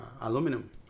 aluminum